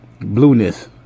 blueness